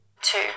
Two